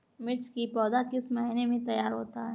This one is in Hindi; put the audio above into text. मिर्च की पौधा किस महीने में तैयार होता है?